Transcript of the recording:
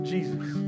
Jesus